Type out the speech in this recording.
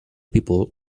people